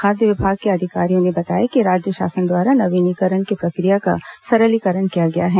खाद्य विभाग के अधिकारियों ने बताया कि राज्य शासन द्वारा नवीनीकरण की प्रक्रिया का सरलीकरण किया गया है